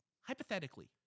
hypothetically